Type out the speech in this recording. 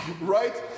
Right